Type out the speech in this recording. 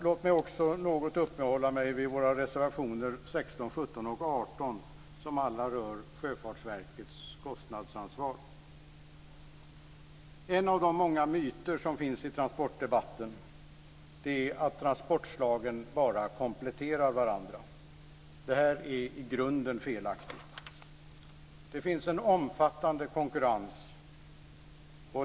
Låt mig också något uppehålla mig vid våra reservationer 16, 17 och 18, som alla rör En av de många myter som finns i transportdebatten är att transportslagen bara kompletterar varandra. Det är i grunden felaktigt. Det finns en omfattande konkurrens.